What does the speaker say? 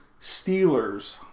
Steelers